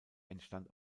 entstand